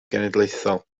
genedlaethol